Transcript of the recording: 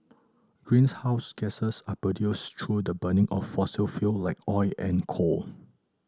greens house gases are produced through the burning of fossil fuel like oil and coal